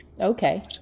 Okay